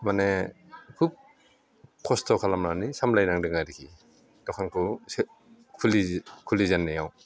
माने खुब खस्त' खालामनानै सामलायनांदों आरोखि दखानखौ खुलि जेननायाव